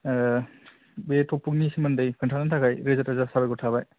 बे टपिक नि सोमोन्दै खोन्थानायनि थाखाय रोजा रोजा साबायखर थाबाय